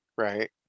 Right